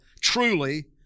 truly